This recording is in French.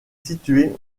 situé